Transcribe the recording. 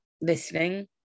listening